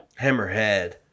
Hammerhead